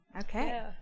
okay